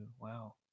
Wow